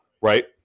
right